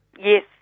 Yes